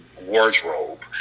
wardrobe